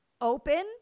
open